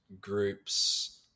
groups